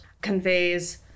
conveys